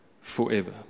forever